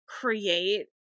create